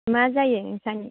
मा जायो नोंसानि